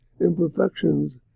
imperfections